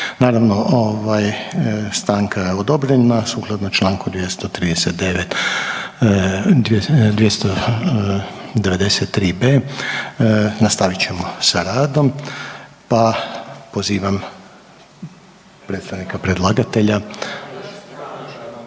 Naravno ovaj stanka je odobrena, sukladno čl. 293.b. nastavit ćemo sa radom, pa pozivam predstavnika predlagatelja…/Upadica